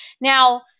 Now